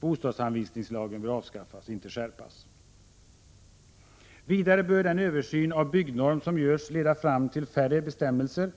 Bostadsanvisningslagen bör avskaffas, inte skärpas. Vidare bör den översyn av byggnorm som görs leda fram till färre bestämmelser.